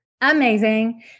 amazing